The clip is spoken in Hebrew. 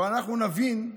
אבל אנחנו נבין,